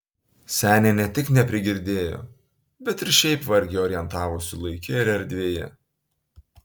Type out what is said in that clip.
senė ne tik neprigirdėjo bet ir šiaip vargiai orientavosi laike ir erdvėje